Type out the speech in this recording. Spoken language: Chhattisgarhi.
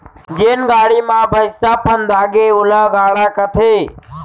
जेन गाड़ी म भइंसा फंदागे ओला गाड़ा कथें